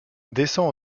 descend